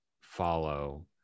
follow